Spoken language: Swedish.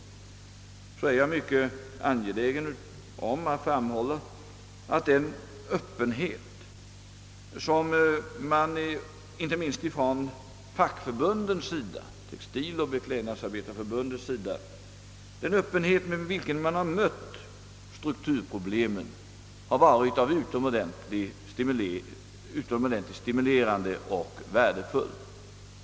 Jag är i detta sammanhang mycket angelägen att framhålla, att den öppenhet, med vilken man inte minst från Textiloch beklädnadsarbetareförbundets sida har mött strukturproblemet, har varit utomordentligt stimulerande och värdefull.